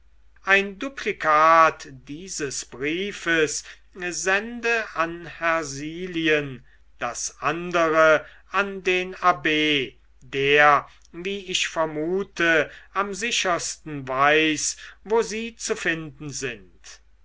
ein duplikat dieses briefes sende an hersilien das andere an den abb der wie ich vermute am sichersten weiß wo sie zu finden sind